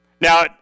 Now